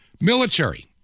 military